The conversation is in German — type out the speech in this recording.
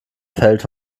fällt